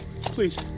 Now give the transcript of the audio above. please